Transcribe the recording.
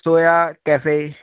ਸੋਇਆ cafe